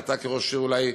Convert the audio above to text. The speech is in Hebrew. אתה כראש עיר אולי,